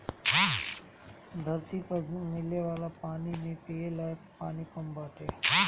धरती पअ मिले वाला पानी में पिये लायक पानी कम बाटे